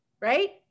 right